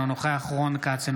אינו נוכח רון כץ,